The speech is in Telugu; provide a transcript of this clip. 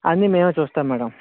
అన్ని మేమే చూస్తాం మ్యాడమ్